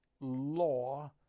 law